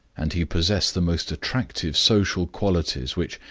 and he possessed the most attractive social qualities which,